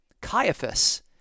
Caiaphas